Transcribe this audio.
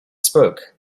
spoke